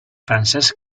francesc